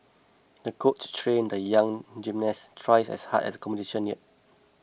the coach trained the young gymnast twice as hard as competition neared